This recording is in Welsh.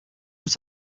oes